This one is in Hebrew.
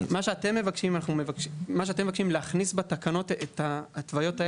מה שאתם מבקשים זה להכניס את אמות המידה האלה בתקנות.